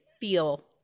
feel